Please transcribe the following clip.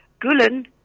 Gulen